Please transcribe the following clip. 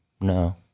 no